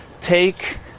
take